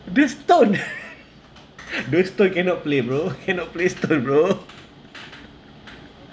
this stone those stone cannot play bro cannot play stone bro